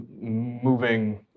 moving